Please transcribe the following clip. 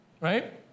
Right